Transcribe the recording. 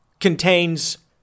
contains